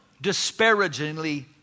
disparagingly